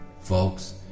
folks